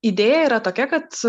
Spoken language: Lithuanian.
idėja yra tokia kad